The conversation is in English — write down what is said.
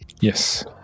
Yes